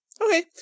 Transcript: Okay